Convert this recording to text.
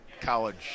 college